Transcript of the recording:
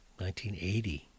1980